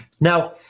Now